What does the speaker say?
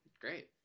great